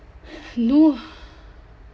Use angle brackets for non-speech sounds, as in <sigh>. <breath> no